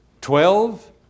Twelve